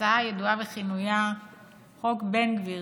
הצעה הידועה בכינויה חוק בן גביר,